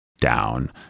down